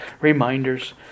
reminders